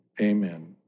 Amen